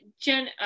Jen